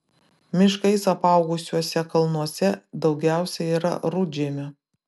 miškais apaugusiuose kalnuose daugiausia yra rudžemių